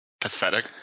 pathetic